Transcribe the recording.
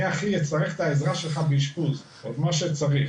אני צריך את העזרה שלך באשפוז, או מה שצריך.